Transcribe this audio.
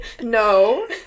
No